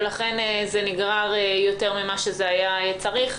ולכן זה נגרר יותר ממה שהיה צריך.